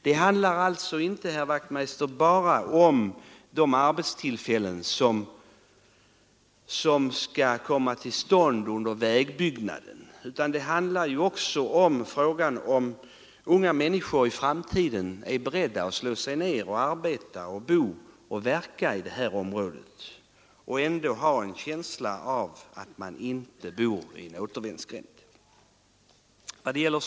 Det handlar alltså, herr Wachtmeister i Johannishus, inte bara om de arbetstillfällen som skapas under vägbyggandet utan det handlar också om frågan, om unga människor i framtiden är beredda att slå sig ned, arbeta, bo och verka i detta område och kunna göra det utan känslan av att bo vid en återvändsgränd.